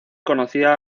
conocía